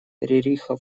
рериха